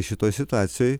šitoj situacijoj